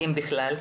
אם בכלל?